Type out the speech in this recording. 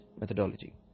methodology